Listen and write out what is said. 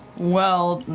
well,